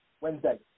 Wednesday